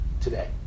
today